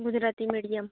Gujarati medium